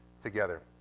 together